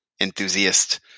enthusiast